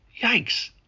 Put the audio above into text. Yikes